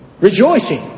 rejoicing